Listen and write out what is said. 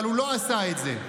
אבל הוא לא עשה את זה.